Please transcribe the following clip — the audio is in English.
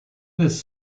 this